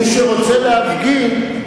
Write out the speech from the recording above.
מי שרוצה להפגין,